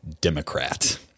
Democrat